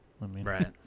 Right